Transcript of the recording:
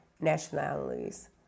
nationalities